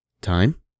time